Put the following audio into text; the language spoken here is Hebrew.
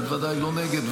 אני בוודאי לא נגד,